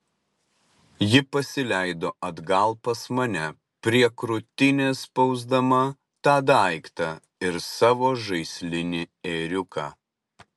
ji pasileido atgal pas mane prie krūtinės spausdama tą daiktą ir savo žaislinį ėriuką